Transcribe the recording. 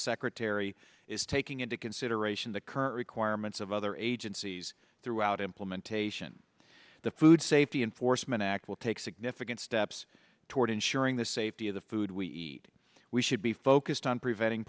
secretary is taking into consideration the current requirements of other agencies throughout implementation the food safety enforcement act will take significant steps toward ensuring the safety of the food we eat we should be focused on preventing